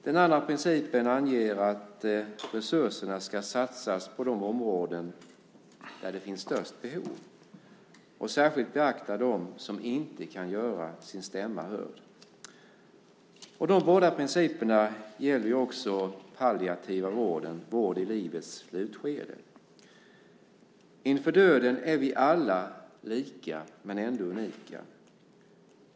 Den andra principen anger att resurserna ska satsas på de områden där de största behoven finns. Särskilt ska de beaktas som inte kan göra sin stämma hörd. De båda principerna gäller också den palliativa vården, alltså vård i livets slutskede. Inför döden är vi alla lika men ändå unika.